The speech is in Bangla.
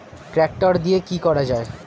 ট্রাক্টর দিয়ে কি করা যায়?